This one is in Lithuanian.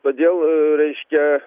todėl reiškia